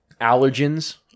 allergens